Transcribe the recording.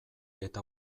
eta